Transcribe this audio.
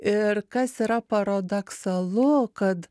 ir kas yra paradoksalu kad